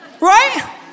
Right